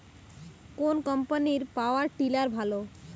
কোন কম্পানির power tiller ভালো?